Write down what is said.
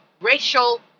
racial